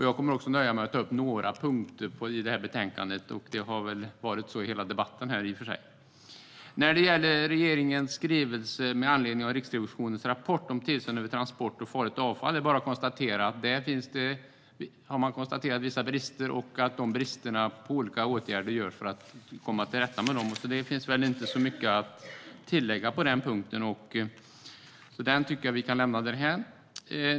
Jag kommer också att nöja mig med att ta upp några punkter i betänkandet. Så har det i och för sig varit i hela debatten. När det gäller regeringens skrivelse med anledning av Riksrevisionens rapport om tillsyn över transporter av farligt avfall är det bara att konstatera att det finns vissa brister och att olika åtgärder vidtas för att komma till rätta med dem. Det finns inte så mycket att tillägga på den punkten, så jag tycker att vi kan lämna den därhän.